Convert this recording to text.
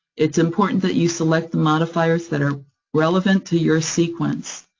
it's important that you select the modifiers that are relevant to your sequence.